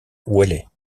ouellet